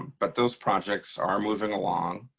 but those projects are moving along,